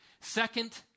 Second